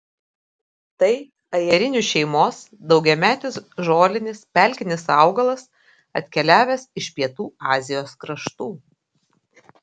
tai ajerinių šeimos daugiametis žolinis pelkinis augalas atkeliavęs iš pietų azijos kraštų